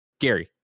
gary